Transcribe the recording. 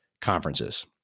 conferences